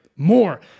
more